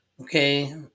Okay